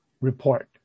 report